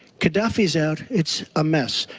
gaddafi is out. it's a mess.